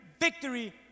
Victory